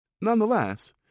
Nonetheless